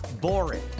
boring